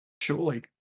Surely